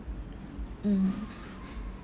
mm